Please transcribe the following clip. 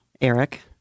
Eric